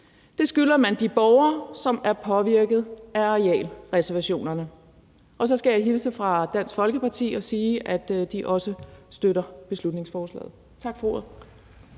Det skylder man de borgere, som er påvirket af arealreservationerne. Så skal jeg hilse fra Dansk Folkeparti og sige, at de også støtter beslutningsforslaget. Tak for ordet.